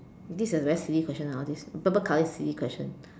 this is a very silly question ah all this purple colour is silly question